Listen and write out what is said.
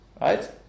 Right